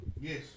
Yes